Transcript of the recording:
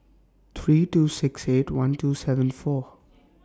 three two six eight one two seven four